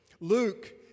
Luke